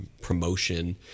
promotion